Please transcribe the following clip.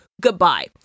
Goodbye